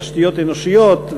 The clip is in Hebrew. תשתיות אנושיות,